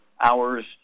hours